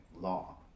law